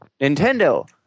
Nintendo